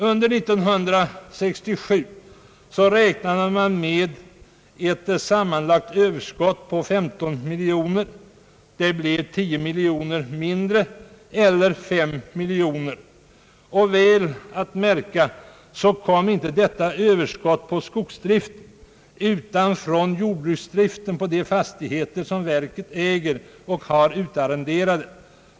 Under 1967 räknade man med ett sammanlagt överskott på 15 miljoner kronor. Det blev 10 miljoner mindre, dvs. 5 miljoner. Och märk väl! Detta överskott kom inte från skogsdriften utan från jordbruksdriften på de fastigheter som verket äger och har utarrenderade.